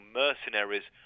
mercenaries